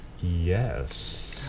Yes